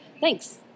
Thanks